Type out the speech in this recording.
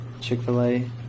Chick-fil-A